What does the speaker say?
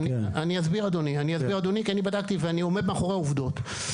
כי בדקתי ואני עומד מאחורי העובדות.